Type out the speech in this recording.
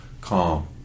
calm